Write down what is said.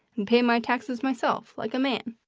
and pay my taxes myself, like a man.